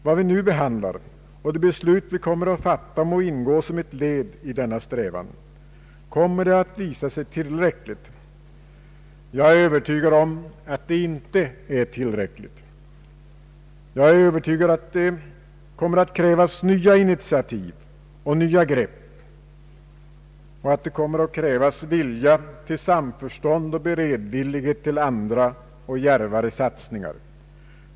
Vad vi nu behandlar och de beslut vi kommer att fatta må ingå som ett led i denna strävan. Kommer det att visa sig tillräckligt? Jag är övertygad att det inte är tillräckligt, att det kommer att krävas nya initiativ och nya grepp, vilja till samförstånd och beredvillighet till andra och djärvare satsningar.